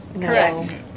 Correct